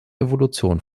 evolution